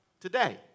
Today